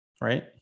right